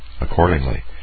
Accordingly